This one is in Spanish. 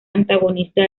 antagonista